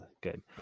good